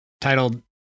titled